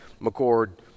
McCord